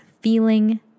feeling